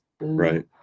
right